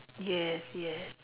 yes yes